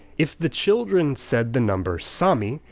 if the children said the number sami,